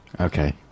Okay